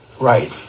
Right